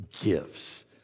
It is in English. gifts